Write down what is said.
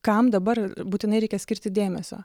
kam dabar būtinai reikia skirti dėmesio